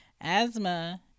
asthma